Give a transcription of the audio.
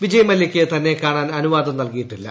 വിജയ്മല്യയ്ക്ക് തന്നെ കാണാൻ അനുവാദം നൽകിയിട്ടില്ല